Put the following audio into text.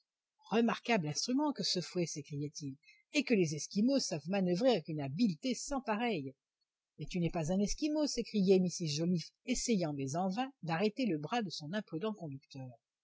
remarquable instrument que ce fouet s'écriait-il et que les esquimaux savent manoeuvrer avec une habileté sans pareille mais tu n'es pas un esquimau s'écriait mrs joliffe essayant mais en vain d'arrêter le bras de son imprudent conducteur